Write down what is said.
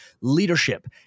leadership